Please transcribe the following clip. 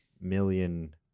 million